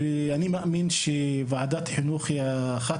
ואני מאמין שוועדת החינוך היא אחת